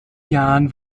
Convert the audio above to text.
jahren